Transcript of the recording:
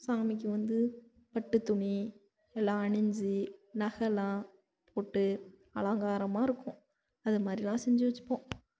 சாமிக்கு வந்து பட்டு துணி எல்லாம் அணிஞ்சு நகைலாம் போட்டு அலங்காரமாக இருக்கும் அதுமாதிரிலாம் செஞ்சு வெச்சுப்போம்